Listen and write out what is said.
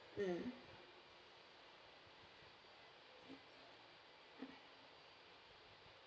mm